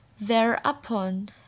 Thereupon